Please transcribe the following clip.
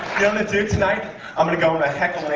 gonna do tonight i'm gonna go and heckle